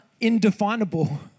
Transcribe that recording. indefinable